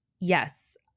Yes